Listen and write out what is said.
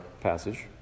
passage